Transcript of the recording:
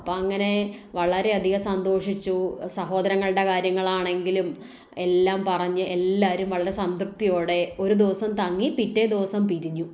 അപ്പം അങ്ങനെ വളരെ അധികം സന്തോഷിച്ചു സഹോദരങ്ങളുടെ കാര്യങ്ങളാണെങ്കിലും എല്ലാം പറഞ്ഞ് എല്ലാവരും വളരെ സംതൃപ്തിയോടെ ഒരു ദിവസം തങ്ങി പിറ്റേ ദിവസം പിരിഞ്ഞു